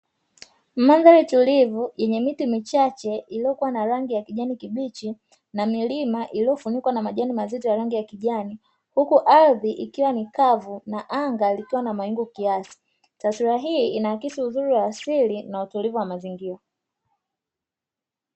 Mandhari tulivu yenye miti michache iliyokuwa na rangi ya kijani kibichi na milima iliyofunikwa na majani mazito ya rangi ya kijani, huku ardhi ikiwa angavu na anga likiwa na mawingu kiasi; taswira hii inaakisi uzuri wa asili na utulivu wa mazingira.